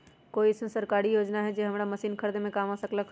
कोइ अईसन सरकारी योजना हई जे हमरा मशीन खरीदे में काम आ सकलक ह?